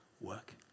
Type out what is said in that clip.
work